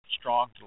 strong